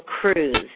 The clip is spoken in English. Cruz